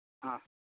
ᱦᱮᱸ